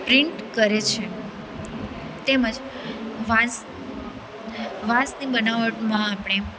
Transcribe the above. print કરે છે તેમ જ વાંસ વાંસની બનાવટમાં આપણે